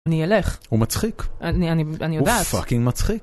אני אלך. הוא מצחיק. אני, אני, אני יודעת. הוא פאקינג מצחיק.